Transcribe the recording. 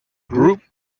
group